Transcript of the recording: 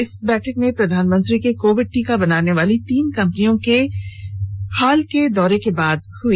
यह बैठक प्रधानमंत्री के कोविड टीका बनाने वाली तीन कंपनियों के हाल के दौरे के बाद हुई